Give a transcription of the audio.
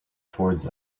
towards